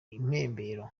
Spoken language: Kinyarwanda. impembero